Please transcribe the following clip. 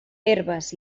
herbes